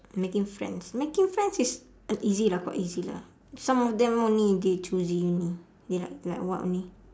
making friends making friends is easy lah quite easy lah some of them only they choosy only they like like what only